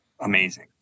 amazing